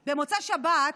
התקשרה אליי במוצאי שבת